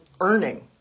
earning